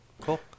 cool